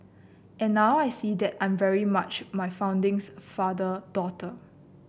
and now I see that I'm very much my founding father daughter